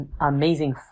amazing